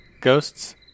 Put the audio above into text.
Ghosts